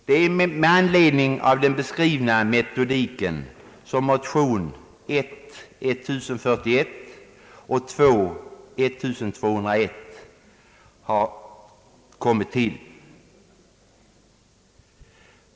Det är med anledning av den beskrivna metodiken i detta sammanhang som motionerna I: 1041 och II: 1201 har tillkommit.